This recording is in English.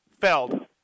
Feld